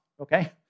Okay